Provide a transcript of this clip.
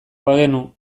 bagenu